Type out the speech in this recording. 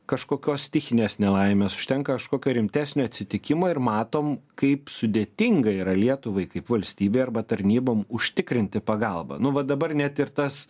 kažkokios stichinės nelaimės užtenka kažkokio rimtesnio atsitikimo ir matom kaip sudėtinga yra lietuvai kaip valstybei arba tarnybom užtikrinti pagalbą nu va dabar net ir tas